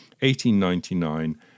1899